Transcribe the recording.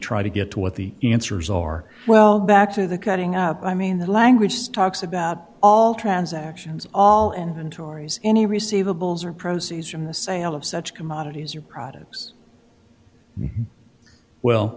try to get to what the answers are well back to the cutting up i mean the language just talks about all transactions all and tori's any receive a bulls or proceeds from the sale of such commodities or products well